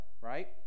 Right